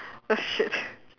oh shit